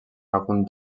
algun